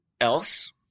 else